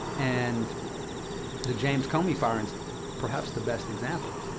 and the james comey firing is perhaps the best example.